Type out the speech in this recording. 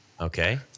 Okay